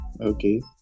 Okay